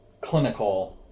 clinical